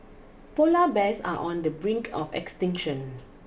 polar bears are on the brink of extinction